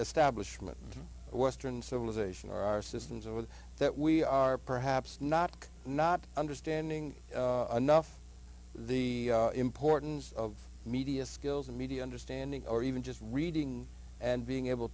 establishment western civilization or our systems or with that we are perhaps not not understanding enough the importance of media skills and media understanding or even just reading and being able